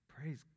praise